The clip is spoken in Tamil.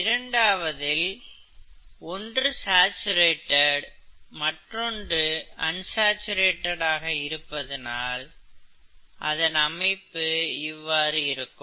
இரண்டாவதில் இப்படி ஒன்று சாச்சுரேட்டட் மற்றொன்று அன்சாச்சுரேட்டட் ஆக இருப்பதால் அதன் அமைப்பு இவ்வாறு இருக்கும்